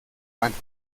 banda